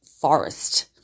forest